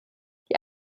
die